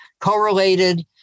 correlated